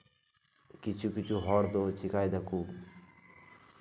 ᱠᱤᱪᱷᱩ ᱠᱤᱪᱷᱩ ᱦᱚᱲ ᱫᱚ ᱪᱤᱠᱟᱹᱭ ᱫᱟᱠᱚ